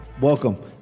Welcome